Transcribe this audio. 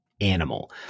animal